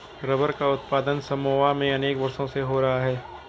rubber का उत्पादन Samoa में अनेक वर्षों से हो रहा है